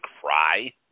cry